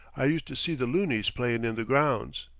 i used to see the loonies playin' in the grounds.